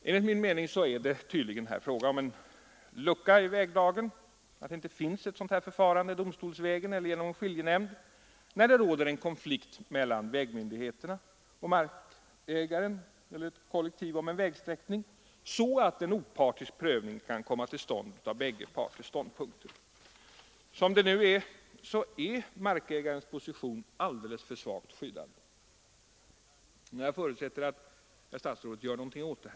Enligt min mening är det tydligen här fråga om en lucka i väglagen, att det inte finns ett förfarande domstolsvägen eller genom skiljenämnd när det råder en konflikt mellan vägmyndigheterna och markägaren eller ett kollektiv om en vägsträckning, så att en opartisk prövning skulle kunna komma till stånd av bägge parters ståndpunkter. Som det nu är så är markägarens position alldeles för svagt skyddad. Jag förutsätter att herr statsrådet verkligen gör någonting åt detta.